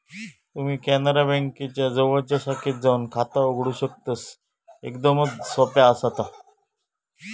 तुम्ही कॅनरा बँकेच्या जवळच्या शाखेत जाऊन खाता उघडू शकतस, एकदमच सोप्या आसा ता